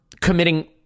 committing